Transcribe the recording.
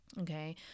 Okay